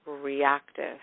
reactive